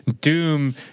doom